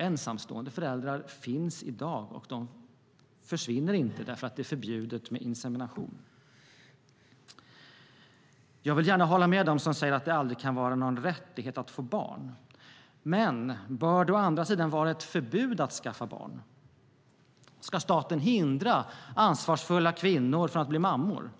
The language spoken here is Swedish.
Ensamstående föräldrar finns i dag, och de försvinner inte därför att det är förbjudet med insemination. Jag vill gärna hålla med dem som säger att det aldrig kan vara någon rättighet att få barn. Men bör det å andra sidan vara ett förbud att skaffa barn? Ska staten hindra ansvarsfulla kvinnor från att bli mammor?